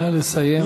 נא לסיים.